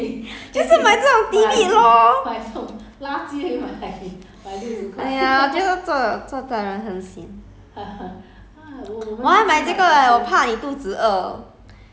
不知不觉花了六十块 [sial] 就是买这种 tidbit lor !aiya! 我觉得做做大人很 sian